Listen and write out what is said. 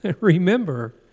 remember